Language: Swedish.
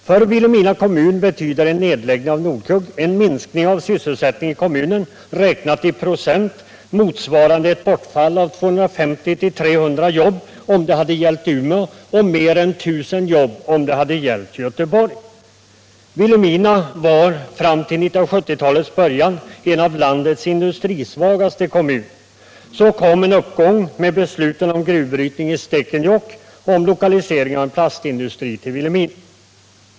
För Vilhelmina kommun betyder en nedläggning av Nordkugg en minskning av sysselsättningen i kommunen räknat i procent motsvarande ett bortfall av 250-300 jobb, om det hade gällt Umeå, och mer än 1 000 jobb om det hade gällt Göteborg. Vilhelmina var fram till 1970 talets början en av landets industrisvagaste kommuner. Så kom en uppgång med besluten om gruvbrytning i Stekenjokk och om lokalisering av en plastindustri till Vilhelmina.